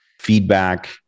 feedback